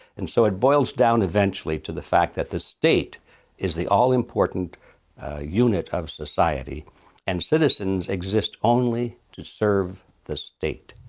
and so it boils down eventually to the fact that the state is the all-important unit of society and citizens exist only to serve the state.